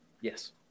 Yes